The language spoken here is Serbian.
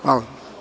Hvala.